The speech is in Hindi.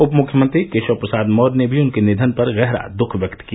उप मुख्यमंत्री केशव प्रसाद मौर्य ने भी उनके निधन पर गहरा दुख व्यक्त किया